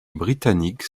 britanniques